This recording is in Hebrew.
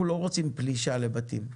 אנחנו לא רוצים פלישה לבתים,